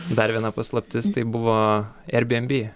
dar viena paslaptis tai buvo airbnb